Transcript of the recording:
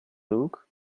look